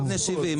הם בני שבעים,